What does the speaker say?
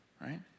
right